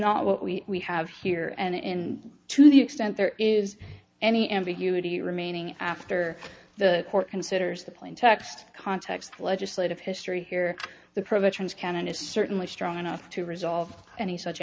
not what we have here and in to the extent there is any ambiguity remaining after the court considers the plain text context legislative history here the provisions can and is certainly strong enough to resolve any such